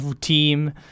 team